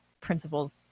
principles